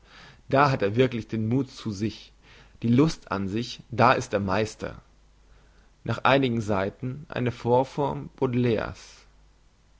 da hat er wirklich den muth zu sich die lust an sich da ist er meister nach einigen seiten eine vorform